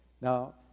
Now